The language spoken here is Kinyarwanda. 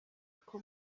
uko